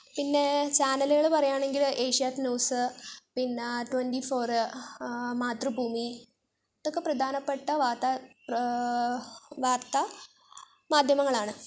പിന്നേ ചാനലുകൾ പറയുകയാണെങ്കിൽ ഏഷ്യനെറ്റ് ന്യൂസ് പിന്ന ട്വെൻ്റി ഫോർ മാതൃഭൂമി ഇതൊക്കെ പ്രധാനപ്പെട്ട വാർത്ത വാർത്ത മാധ്യമങ്ങളാണ്